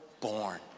born